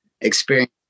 experience